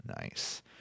nice